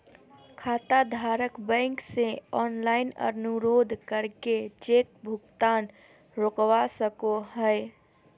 खाताधारक बैंक से ऑनलाइन अनुरोध करके चेक भुगतान रोकवा सको हय